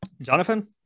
Jonathan